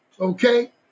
Okay